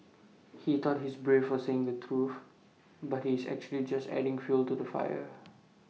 he thought he's brave for saying the truth but he's actually just adding fuel to the fire